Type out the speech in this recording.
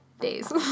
days